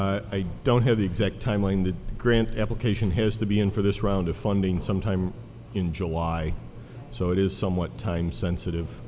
i don't have the exact timeline the grant application has to be in for this round of funding sometime in july so it is somewhat time sensitive